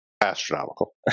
astronomical